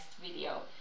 video